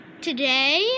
Today